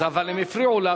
אבל הם הפריעו לך,